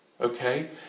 okay